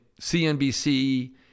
CNBC